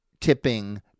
tipping